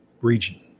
region